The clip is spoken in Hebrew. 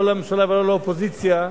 לא לממשלה ולא לאופוזיציה,